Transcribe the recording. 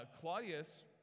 Claudius